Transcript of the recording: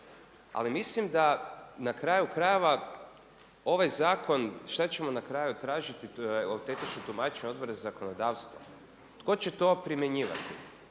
Ali mislim da na kraju krajeva ovaj zakon, šta ćemo na kraju tražiti, tu je autentično tumačenje Odbora za zakonodavstvo. Tko će to primjenjivati?